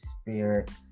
spirits